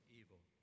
evil